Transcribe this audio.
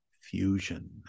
fusion